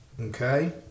Okay